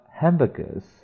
hamburgers